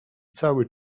cały